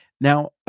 Now